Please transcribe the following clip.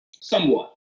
Somewhat